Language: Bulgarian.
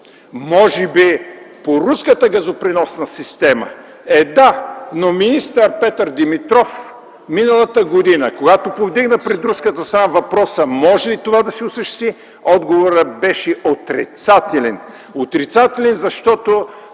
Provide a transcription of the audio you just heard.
Може би по руската газопреносна система? Е, да, но когато министър Петър Димитров миналата година повдигна въпроса пред руската страна: може ли това да се осъществи, отговорът беше отрицателен. Отрицателен, защото